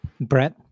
Brett